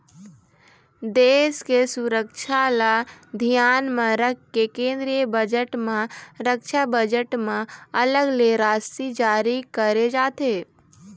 देश के सुरक्छा ल धियान म राखके केंद्रीय बजट म रक्छा बजट म अलग ले राशि जारी करे जाथे